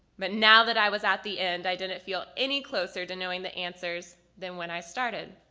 but now that i was at the end i didn't feel any closer to knowing the answers than when i started.